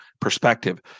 perspective